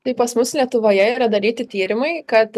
tai pas mus lietuvoje yra daryti tyrimai kad